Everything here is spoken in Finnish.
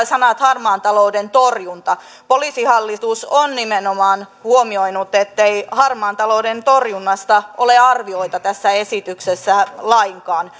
sanat harmaan talouden torjunta poliisihallitus on nimenomaan huomioinut ettei harmaan talouden torjunnasta ole arvioita tässä esityksessä lainkaan